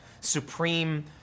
supreme